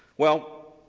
well,